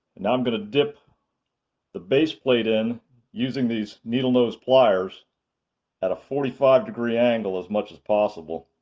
now i'm going to dip the base plate in using these needle nose pliers at a forty five degree angle as much as possible.